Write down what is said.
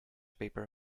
paper